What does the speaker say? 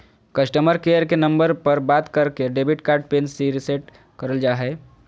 customer care के number पर बात करके डेबिट कार्ड पिन रीसेट करल जा हय